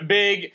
big